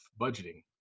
budgeting